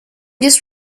just